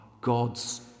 God's